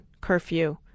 curfew